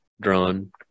drawn